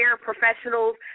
professionals